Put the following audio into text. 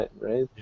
right